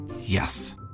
Yes